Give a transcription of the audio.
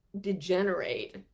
degenerate